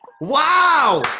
Wow